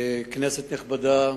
כנסת נכבדה,